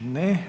Ne.